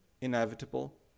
inevitable